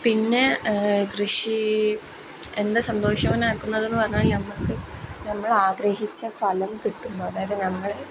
പിന്നെ കൃഷി എന്നെ സന്തോഷവാനാക്കുന്നത് എന്ന് പറഞ്ഞാൽ നമുക്ക് നമ്മളാഗ്രഹിച്ച ഫലം കിട്ടും അതായത് നമ്മൾ